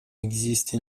existe